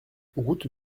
route